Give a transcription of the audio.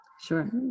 sure